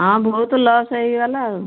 ହଁ ବହୁତ ଲସ୍ ହେଇଗଲା ଆଉ